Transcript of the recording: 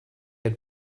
had